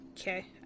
Okay